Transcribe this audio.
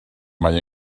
mae